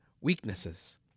weaknesses